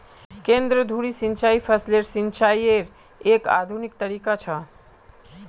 केंद्र धुरी सिंचाई फसलेर सिंचाईयेर एक आधुनिक तरीका छ